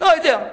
לא יודע.